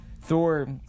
thor